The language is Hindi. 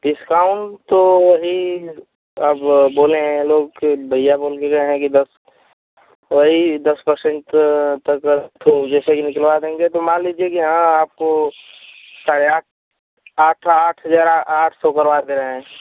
डिस्काउंट तो अभी अब बोले है लोग भैया बोल के गए हैं कि बस वही दस परसेंट तक जैसे कि निकलवा देंगे तो मान लीजिए कि हाँ आपको साढ़े आठ आठ हज़ार आठ सौ करवा दे रहे हैं